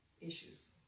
issues